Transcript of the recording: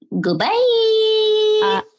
goodbye